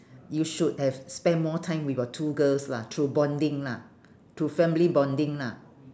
you should have spent more time with your two girls lah through bonding lah through family bonding lah